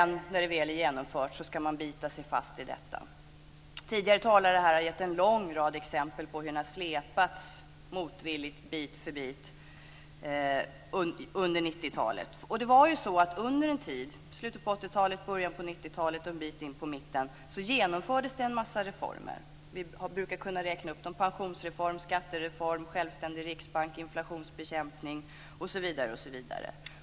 När det väl är genomfört ska man sedan bita sig fast i detta. Tidigare talare här har gett en lång rad exempel på hur ni motvilligt släpats bit för bit under 90-talet. Under en tid - i slutet av 80 talet och i början av och en bit en in på 90-talet - genomfördes ju en mängd reformer. Vi brukar räkna upp dem: pensionsreform, skattereform, självständig riksbank, inflationsbekämpning osv.